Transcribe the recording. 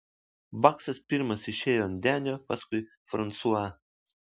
baksas pirmas išėjo ant denio paskui fransuą